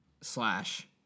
slash